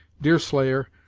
deerslayer,